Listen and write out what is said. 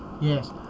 yes